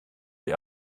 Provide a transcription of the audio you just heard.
die